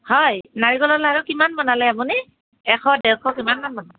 হয় নাৰিকলৰ লাৰু কিমান বনালে আপুনি এশ ডেৰশ কিমান মান বনালে